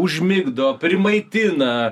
užmigdo primaitina